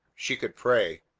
she could pray!